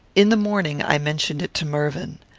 in the morning, i mentioned it to mervyn.